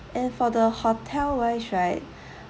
and for the hotel wise right